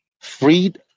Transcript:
freed